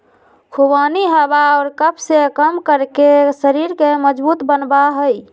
खुबानी हवा और कफ के कम करके शरीर के मजबूत बनवा हई